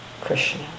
Krishna